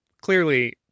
Clearly